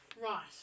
Right